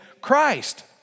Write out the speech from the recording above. Christ